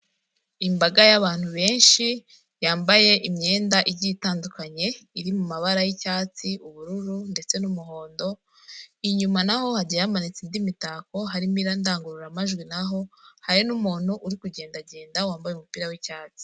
Inzu nziza cyane yitaruye, ubona ko ifite imbuga nziza irimo indabo z'ubwoko bunyuranye. Kandi ukaba ubona ko hari n'ibindi biti byabugenewe, byifashishwa mu kuzana umuyaga aho ngaho.